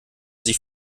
sie